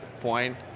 point